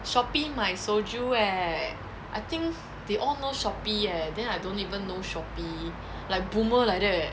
shopee 买 soju eh I think they all know shopee eh then I don't even know shopee like boomer like that